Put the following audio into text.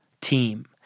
team